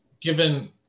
given